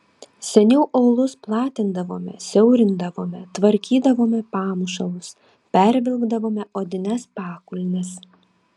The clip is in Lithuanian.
seniau aulus platindavome siaurindavome tvarkydavome pamušalus pervilkdavome odines pakulnes